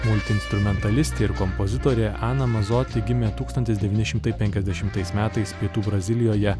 multiinstrumentalistė ir kompozitorė ana mazoti gimė tūkstantis devyni šimtai penkiasdešimtais metais pietų brazilijoje